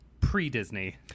pre-Disney